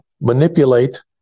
manipulate